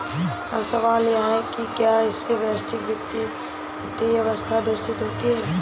अब सवाल यह है कि क्या इससे वैश्विक वित्तीय व्यवस्था दूषित होती है